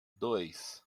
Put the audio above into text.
dois